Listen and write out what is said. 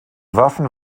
waffen